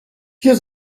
hier